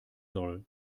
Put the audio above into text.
soll